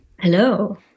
Hello